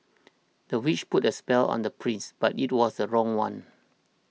the witch put a spell on the prince but it was the wrong one